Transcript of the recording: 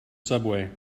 subway